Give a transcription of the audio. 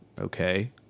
Okay